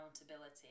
accountability